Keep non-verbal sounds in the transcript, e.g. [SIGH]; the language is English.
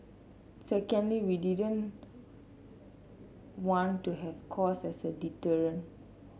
secondly we didn't [HESITATION] want to have cost as a deterrent